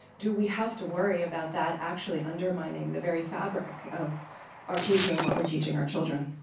do we have to worry about that actually undermining the very fabric of our future and what we're teaching our children?